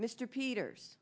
mr peters